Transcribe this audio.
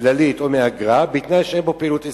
כללית או מאגרה בתנאי שאין בו פעילות עסקית.